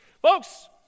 Folks